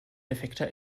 defekter